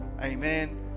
Amen